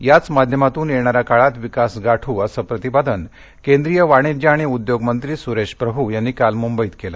याच माध्यमातून येणाऱ्या काळात विकास गाठू असं प्रतिपादन केंद्रीय वाणिज्य आणि उद्योग मंत्री सुरेश प्रभू यांनी काल मुंबईत केलं